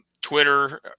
Twitter